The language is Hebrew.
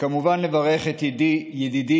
וכמובן לברך את ידידי,